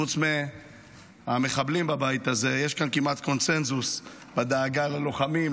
חוץ מהמחבלים בבית הזה יש כאן כמעט קונסנזוס בדאגה ללוחמים,